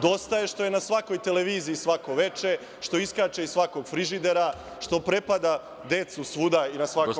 Dosta je što je na svakoj televiziji svako veče, što iskače iz svakog frižidera, što prepada decu svuda i na svakom…